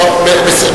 אוקיי, בסדר.